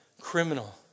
criminal